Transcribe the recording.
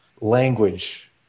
language